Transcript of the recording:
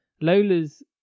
Lola's